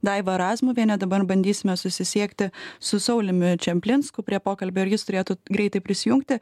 daiva razmuviene dabar bandysime susisiekti su sauliumi čaplinsku prie pokalbio ir jis turėtų greitai prisijungti